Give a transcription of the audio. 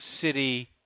city